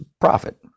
profit